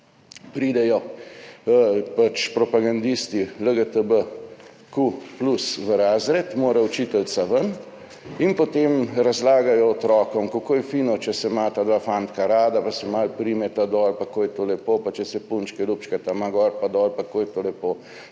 pridejo propagandisti LGBTQ+ v razred, učiteljica mora ven in potem razlagajo otrokom, kako je fino, če se imata dva fantka rada, pa se malo primeta doli, kako je to lepo, pa če se punčki ljubčkata gor in dol in kako je to lepo,